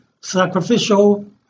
sacrificial